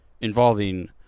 involving